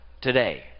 today